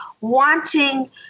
wanting